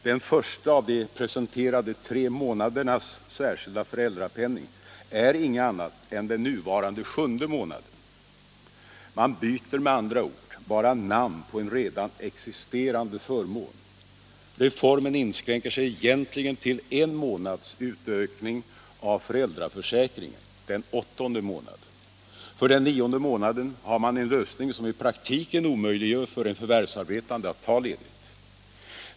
Den första — en, m.m. av de presenterade tre månadernas särskilda föräldrapenning är inget annat än den nuvarande sjunde månaden. Man byter med andra ord bara namn på en redan existerande förmån. Reformen inskränker sig egentligen till en månads utökning av föräldraförsäkringen — den åttonde månaden. För den nionde månaden har man en lösning som i praktiken omöjliggör för en förvärvsarbetande att ta ledigt.